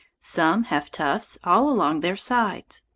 some have tufts all along their sides.